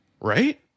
Right